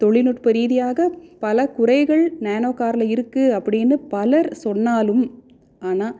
தொழில்நுட்ப ரீதியாக பல குறைகள் நேனோ காரில் இருக்குது அப்படின்னு பலர் சொன்னாலும் ஆனால்